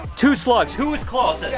two slugs. who was closest?